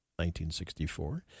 1964